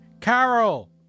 Carol